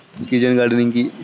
Kitchen gardening কি?